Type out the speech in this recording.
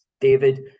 David